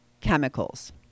chemicals